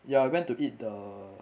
ya I went to eat the